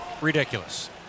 ridiculous